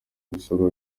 ibisabwa